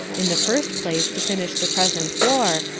in the first place, to finish the present war,